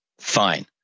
Fine